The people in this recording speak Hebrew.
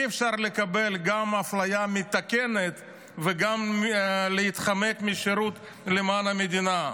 אי-אפשר גם לקבל אפליה מתקנת וגם להתחמק משירות למען המדינה.